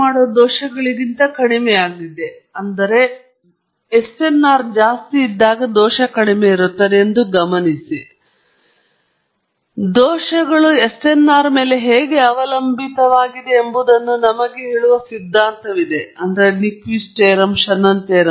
ಈ ಮ್ಯಾಟ್ರಿಕ್ಸ್ ದೊಡ್ಡ matrix U ನಾನು ಕೊನೆಯ ಸ್ಲೈಡ್ನಲ್ಲಿ ತೋರಿಸಿದಂತೆ ಆದರೆ ಈಗ ಮೊದಲ ಸಾಲಿನಲ್ಲಿ k 1 ಮೈನಸ್ 1 ನಲ್ಲಿ ಯು ಕೆ 1 ಮೈನಸ್ 2 ನಲ್ಲಿ ಮತ್ತು ಕೆ 1 ಮೈನಸ್ 3 ನಲ್ಲಿ ಕೆ 1 ಕೆ 2 ಕೆ 3 ಎರಡು ವಿಭಿನ್ನ ಸಂದರ್ಭಗಳಲ್ಲಿ ಮತ್ತು ನೀವು ಮ್ಯಾಟ್ರಿಕ್ಸ್ ಮೊದಲ ಸಂದರ್ಭದಲ್ಲಿ ಏಕವಚನ ಎಂದು ಕಂಡುಕೊಳ್ಳುವಿರಿ ಅಂದರೆ ನೀವು ಏಕ ಆವರ್ತನ ಸೈನ್ ಅಲೆವನ್ನು ಬಳಸಿದಾಗ ಮತ್ತು ನೀವು ಬಹು ಅಥವಾ ಎರಡು ಬಳಸುವಾಗ ಇದು ಏಕವಚನ ಅಥವಾ ಪೂರ್ಣ ಶ್ರೇಣಿಯನ್ನು ಹೊಂದಿಲ್ಲ ಕನಿಷ್ಟ ಸೈನ್ ತರಂಗ ಆಲ್ರೈಟ್ನಲ್ಲಿ ಆವರ್ತನಗಳು